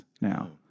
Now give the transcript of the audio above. now